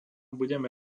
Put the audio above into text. budeme